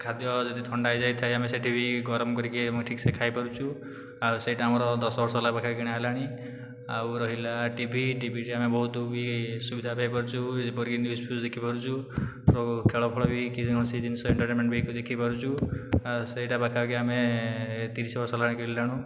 ଖାଦ୍ୟ ଯଦି ଥଣ୍ଡା ହୋଇ ଯାଇଥାଏ ଆମେ ସେଠି ବି ଗରମ କରିକି ଆମେ ଠିକ୍ସେ ଖାଇ ପାରୁଛୁ ଆଉ ସେଇଟା ଆମର ଦଶ ବର୍ଷ ହେଲା ପାଖାପାଖି କିଣା ହେଲାଣି ଆଉ ରହିଲା ଟିଭି ଟିଭି ଯେ ଆମେ ବହୁତ ବି ସୁବିଧା ପାଇପାରୁଛୁ ଯେପରିକି ନିଉଜ୍ ଫିଉଜ୍ ଦେଖିପାରୁଛୁ ଆଉ ଖେଳ ଫେଳ ବି କି କୌଣସି ଜିନିଷ ଏନ୍ଟରଟେନ୍ମେଣ୍ଟ୍ ବି ଦେଖିପାରୁଛୁ ଆଉ ସେଇଟା ପାଖାପାଖି ଆମେ ତିରିଶି ବର୍ଷ ହେଲାଣି କିଣିଲୁଣୁ